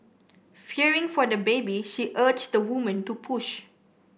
fearing for the baby she urged the woman to push